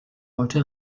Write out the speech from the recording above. heute